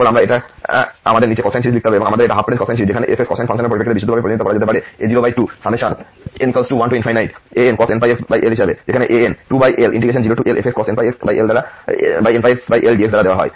তারপর এটা আমাদের নিচে কোসাইন সিরিজ লিখতে হবে অথবা আমাদের এটা হাফ রেঞ্জ কোসাইন সিরিজ যেখানে f কোসাইন ফাংশন পরিপ্রেক্ষিতে বিশুদ্ধরূপে প্রতিনিধিত্ব করা যেতে পারে a02n1ancos nπxL হিসাবে যেখানে an 2L0Lfxcos nπxL dx দ্বারা দেওয়া হয়